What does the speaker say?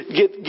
get